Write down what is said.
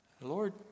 Lord